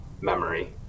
memory